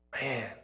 Man